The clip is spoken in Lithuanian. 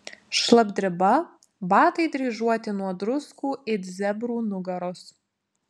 šlapdriba batai dryžuoti nuo druskų it zebrų nugaros